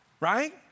Right